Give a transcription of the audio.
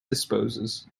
disposes